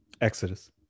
Exodus